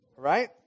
Right